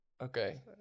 Okay